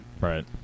right